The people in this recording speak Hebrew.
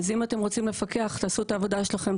אז אם אתם רוצים לפקח תעשו את העבודה שלכם,